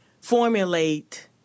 formulate